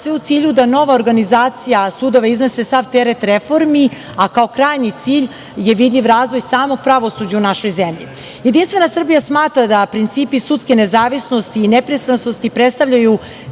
sve u cilju da nova organizacija, sudova iznese sav teret reformi, a kao krajnji cilj je vidljiv samo razvoj u samom pravosuđu u našoj zemlji. Jedinstvena Srbija smatra da principi sudske nezavisnosti i nepristrasnosti predstavljaju